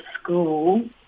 school